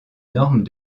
normes